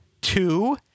Two